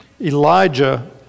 Elijah